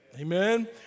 Amen